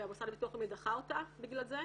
והמוסד לביטוח לאומי דחה אותה בגלל זה,